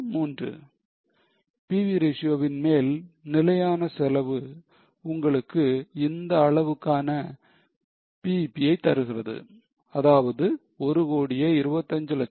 PV ratio வின் மேல் நிலையான செலவு உங்களுக்கு இந்த அளவுக்கான BEP யை தருகிறது அதாவது 12540000